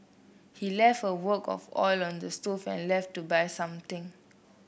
he left a wok of oil on the stove and left to buy something